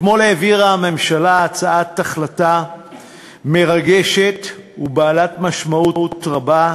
אתמול העבירה הממשלה הצעת החלטה מרגשת ובעלת משמעות רבה,